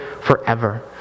forever